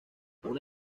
una